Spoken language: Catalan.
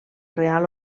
real